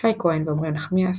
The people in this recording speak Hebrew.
שי כהן ועמרי נחמיאס,